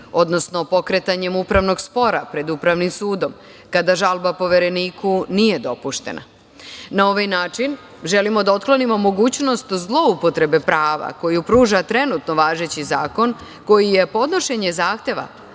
odnosno pokretanjem upravnog spora pred Upravnim sudom kada žalba Povereniku nije dopuštena. Na ovaj način želimo da otklonimo mogućnost zloupotrebe prava koju pruža trenutno važeći zakon koji je podnošenje zahteva